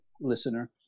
listener